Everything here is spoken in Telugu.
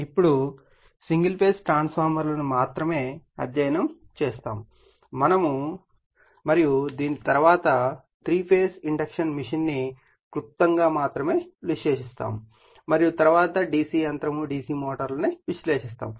ఇప్పుడు సింగిల్ ఫేజ్ ట్రాన్స్ఫార్మర్లను మాత్రమే అధ్యయనం చేస్తాము మరియు దీని తరువాత 3 ఫేజ్ ఇండక్షన్ మెషిన్ ను క్లుప్తంగా మాత్రమే విశ్లేషిస్తాము మరియు తరువాత DC యంత్రం DC మోటార్లు విశ్లేషిస్తాము